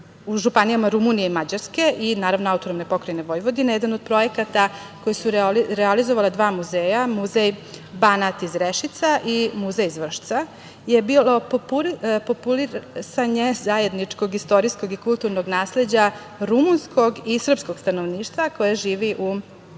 u županijama Rumunije i Mađarske i naravno AP Vojvodine, jedan od projekata koji realizovala dva muzeja, Muzej Banat iz Rešica i Muzej iz Vršca, je bilo populisanje zajedničkog istorijskog i kulturnog nasleđa rumunskog i srpskog stanovništva koje živi u dolini